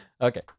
Okay